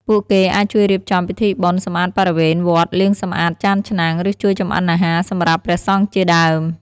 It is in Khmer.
ពួកគេអាចជួយរៀបចំពិធីបុណ្យ សម្អាតបរិវេណវត្ត លាងសម្អាតចានឆ្នាំង ឬជួយចំអិនអាហារសម្រាប់ព្រះសង្ឃជាដើម។